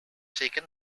taken